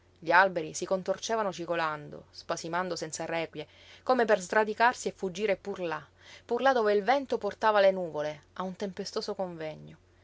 gli alberi si scontorcevano stormendo cigolando spasimando senza requie come per sradicarsi e fuggire pur là pur là dove il vento portava le nuvole a un tempestoso convegno